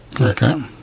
Okay